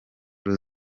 com